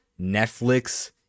Netflix